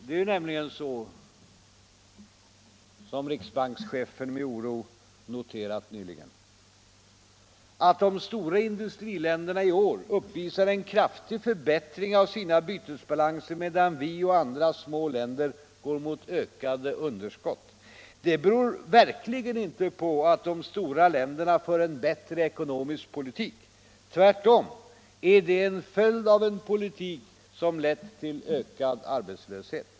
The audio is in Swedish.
Det är nämligen så, som riksbankschefen med oro noterat nyligen, att de stora industriländerna i år uppvisar en kraftig förbättring av sina bytesbalanser medan vi och andra små länder går mot ökade underskott. Det beror verkligen inte på att de stora länderna för en bättre ekonomisk politik — tvärtom är det en följd av en politik som lett till ökad arbetslöshet.